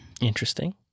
Interesting